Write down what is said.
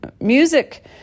music